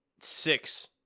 six